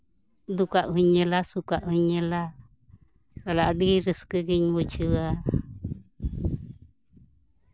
ᱫᱩᱠᱟᱜ ᱦᱚᱧ ᱧᱮᱞᱟ ᱥᱩᱠᱟᱜ ᱦᱚᱧ ᱧᱮᱞᱟ ᱛᱟᱦᱚᱞᱮ ᱟᱹᱰᱤ ᱨᱟᱹᱥᱠᱟᱹ ᱜᱤᱧ ᱵᱩᱡᱷᱟᱹᱣᱟ